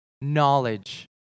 knowledge